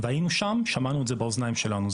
היינו שם ושמענו את זה באוזניים שלנו,